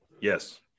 Yes